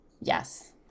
Yes